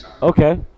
Okay